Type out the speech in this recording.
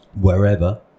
wherever